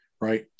right